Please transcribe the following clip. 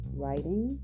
writing